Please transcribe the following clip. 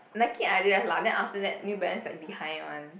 Nike and Adidas lah then after that New Balance like behind one